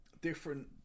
different